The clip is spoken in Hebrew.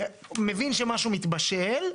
מבין שמשהו מתבשל,